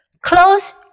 Close